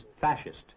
fascist